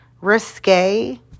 risque